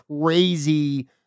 crazy